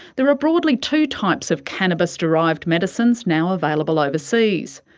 there are broadly two types of cannabis derived medicines now available overseas.